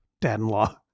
dad-in-law